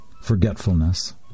forgetfulness